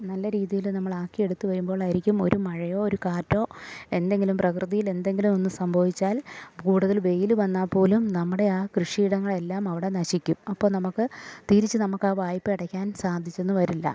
നല്ല രീതിയിൽ നമ്മളാക്കിയെടുത്ത് വരുമ്പോളായിരിക്കും ഒരു മഴയോ ഒരു കാറ്റോ എന്തെങ്കിലും പ്രകൃതിയിലെന്തെങ്കിലും ഒന്ന് സംഭവിച്ചാൽ കൂടുതൽ വെയിൽ വന്നാൽ പോലും നമ്മുടെ ആ കൃഷിയിടങ്ങളെല്ലാം അവിടെ നശിക്കും അപ്പം നമുക്ക് തിരിച്ച് നമുക്കാ വായ്പ അടയ്ക്കാൻ സാധിച്ചെന്നു വരില്ല